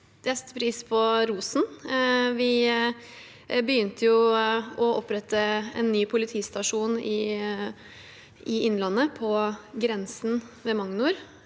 setter pris på rosen. Vi begynte å opprette en ny politistasjon i Innlandet, ved Magnor,